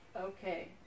Okay